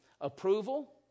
Approval